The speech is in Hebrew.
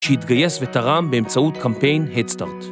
שהתגייס ותרם באמצעות קמפיין Head Start